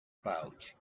pouch